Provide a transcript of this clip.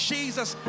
Jesus